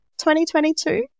2022